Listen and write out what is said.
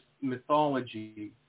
mythology